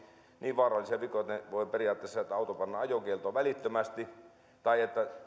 niin vaarallisia vikoja että auto pannaan ajokieltoon välittömästi ja mitkä sellaisia että